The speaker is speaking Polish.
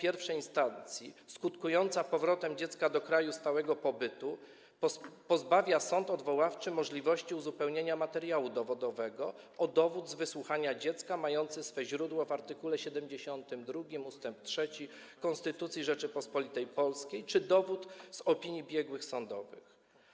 I instancji skutkująca powrotem dziecka do kraju stałego pobytu pozbawia sąd odwoławczy możliwości uzupełnienia materiału dowodowego o dowód z wysłuchania dziecka, mający swe źródło w art. 72 ust. 3 Konstytucji Rzeczypospolitej Polskiej, czy dowód z opinii biegłych sądowych.